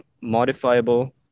modifiable